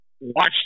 watch